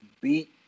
beat